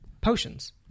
potions